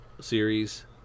series